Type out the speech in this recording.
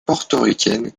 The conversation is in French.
portoricaine